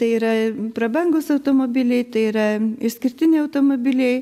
tai yra prabangūs automobiliai tai yra išskirtiniai automobiliai